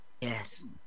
yes